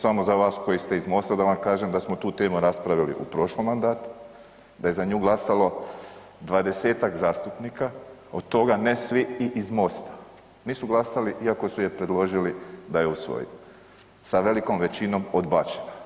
Samo za vas koji ste iz MOST-a da vam kažem da smo tu temu raspravili u prošlom mandatu, da je za nju glasalo 20-tak zastupnika od toga ne svi iz MOST-a, nisu glasali iako su je predložili da je usvojimo, sa velikom većinom odbačena.